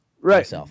Right